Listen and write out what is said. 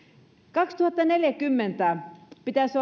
kaksituhattaneljäkymmentä pitäisi